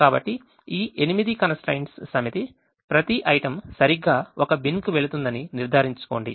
కాబట్టి ఈ 8 constraints సమితి ప్రతి item సరిగ్గా ఒక బిన్కు వెళుతుందని నిర్ధారించుకోండి